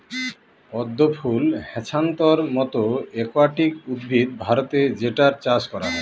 পদ্ম ফুল হ্যাছান্থর মতো একুয়াটিক উদ্ভিদ ভারতে যেটার চাষ করা হয়